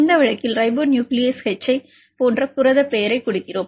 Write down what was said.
இந்த வழக்கில் ribonuclease H I போன்ற புரதப் பெயரைக் கொடுக்கிறோம்